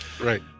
Right